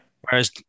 Whereas